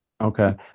Okay